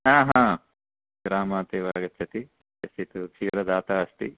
हा हा रामः अत्रैव आगच्छति तस्य तु क्षीरदाता अस्ति